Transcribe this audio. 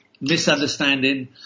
misunderstanding